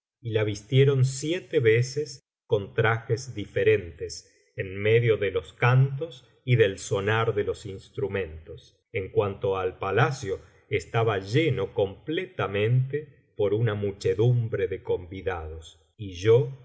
y la vistieron siete veces con trajes diferentes en medio de los cantos y del sonar de los instrumentos en cuanto al palacio estaba lleno completamente por una muchedumbre de convidados y yo